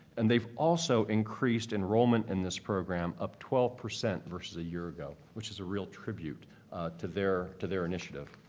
and they've also increased enrollment in this program up twelve percent versus a year ago, which is a real tribute to their to their initiative.